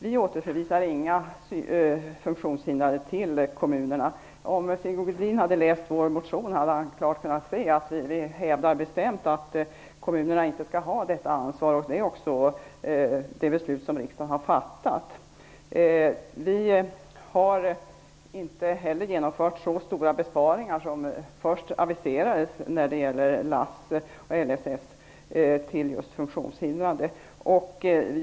Vi återförvisar inga funktionshindrade till kommunerna. Om Sigge Godin hade läst vår motion hade han klart kunnat se att vi bestämt hävdar att kommunerna inte skall ha det ansvaret. Det är också det beslut som riksdagen har fattat. Vi har inte heller genomfört så stora besparingar som först aviserades när det gäller LASS och LSS till just funktionshindrade.